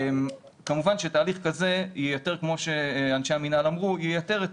כמובן שתהליך כזה כמו שאנשי המינהל אמרו ייתר את